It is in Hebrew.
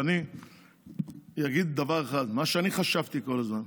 ואני אגיד דבר אחד: מה שאני חשבתי כל הזמן,